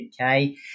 Okay